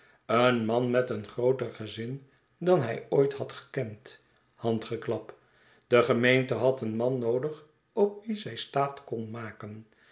een man met een grooter gezin dan hij ooit had gekend handgeklap de gemeente had een man noodig op wien zij staat kon maken